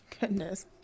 Goodness